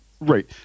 Right